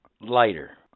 lighter